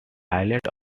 highlight